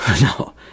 No